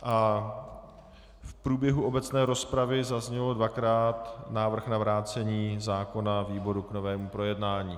V průběhu obecné rozpravy zazněl dvakrát návrh na vrácení zákona výboru k novému projednání.